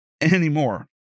anymore